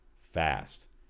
fast